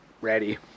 ready